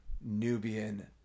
nubian